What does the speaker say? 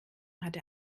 hat